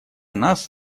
нас